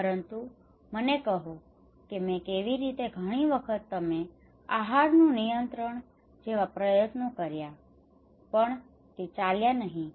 પરંતુ મને કહો કે મેં કેવી રીતે ઘણી વખત તમે આહારનું નિયંત્રણ જેવા પ્રયત્નો કર્યા પણ તે ચાલ્યા નહીં